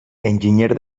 enginyer